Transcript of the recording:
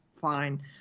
fine